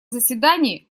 заседании